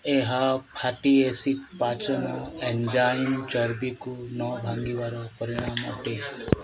ଏହା fatty acid ପାଚନ enzyme ଚର୍ବିକୁ ନ ଭାଙ୍ଗିବାର ପରିଣାମ ଅଟେ